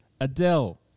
Adele